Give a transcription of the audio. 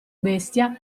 bestia